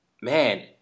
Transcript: Man